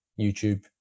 YouTube